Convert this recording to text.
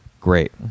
Great